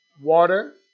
water